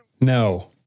no